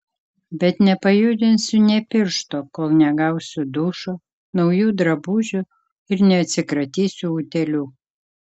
bet nepajudinsiu nė piršto kol negausiu dušo naujų drabužių ir neatsikratysiu utėlių